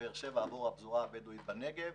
בבאר שבע עבור הפזורה הבדואית בנגב,